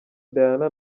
diana